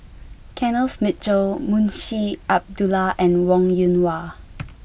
Kenneth Mitchell Munshi Abdullah and Wong Yoon Wah